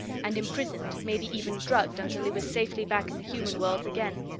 and imprisoned, maybe even drugged, until he was safely back in the human worlds again.